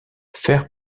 fair